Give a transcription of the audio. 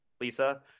Lisa